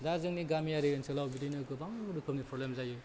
दा जोंनि गामियारि ओनसोलाव बिदिनो गोबां रोखोमनि प्रब्लेम जायो